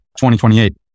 2028